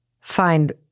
find